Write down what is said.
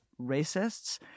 racists